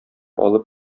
алып